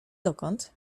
dokąd